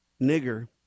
Nigger